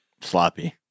Sloppy